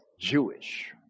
Jewish